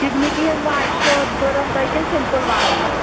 سِگنِٹی ہِنٛز واجہِ چھو ضروٗرَت تۄہہِ کِنہٕ سِمپٕل واجہِ